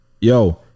Yo